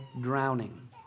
drowning